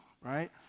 right